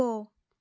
போ